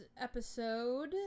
episode